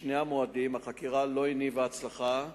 בשני המועדים, החקירה לא הניבה הצלחה,